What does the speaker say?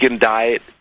diet